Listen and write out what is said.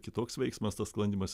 kitoks veiksmas tas sklandymas